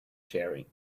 sharing